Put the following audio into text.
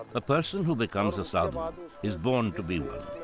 a person who becomes a sadhu um is born to be one,